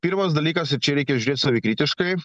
pirmas dalykas ir čia reikia žiūrėt savikritiškai